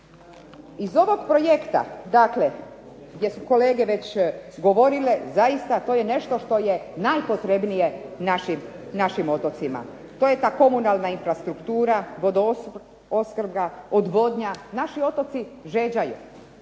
Iz ovog projekta gdje su kolege već govorile, zaista to je nešto što je najpotrebnije našim otocima, to je ta komunalna infrastruktura, vodoopskrba, odvodnja. Naši otoci žeđaju.